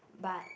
but